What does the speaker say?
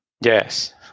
Yes